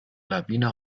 lawine